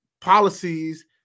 policies